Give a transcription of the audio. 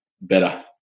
better